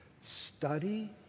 study